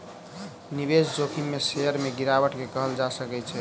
निवेश जोखिम में शेयर में गिरावट के कहल जा सकै छै